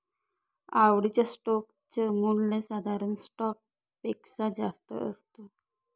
आवडीच्या स्टोक च मूल्य साधारण स्टॉक पेक्षा जास्त असत